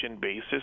basis